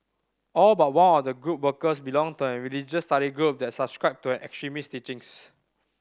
all but one of the group workers belonged to a religious study group that subscribed to extremist teachings